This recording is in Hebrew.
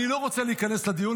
אני לא רוצה להיכנס לדיון,